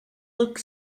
look